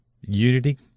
Unity